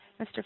Mr